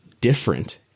different